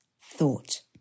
thought